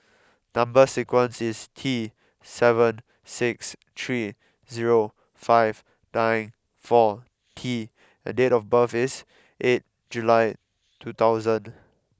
number sequence is T seven six three zero five nine four T and date of birth is eight July two thousand